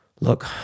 Look